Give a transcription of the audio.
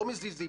לא מזיזים?